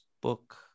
book